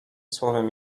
słowem